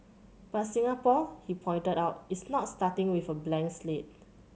but Singapore he pointed out is not starting with a blank slate